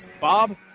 Bob